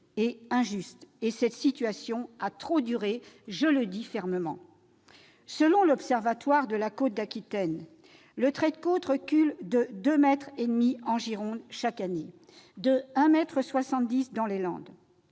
est injuste. Cette situation a trop duré, je le dis fermement. Selon l'Observatoire de la côte Aquitaine, le trait de côte recule de 2,5 mètres en Gironde chaque année et de 1,7 mètre dans les Landes.